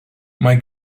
mae